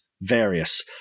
Various